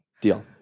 Deal